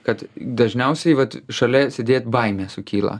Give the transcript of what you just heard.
kad dažniausiai vat šalia sėdėt baimė sukyla